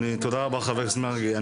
תודה רבה, חבר הכנסת מרגי.